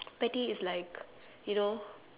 petty is like you know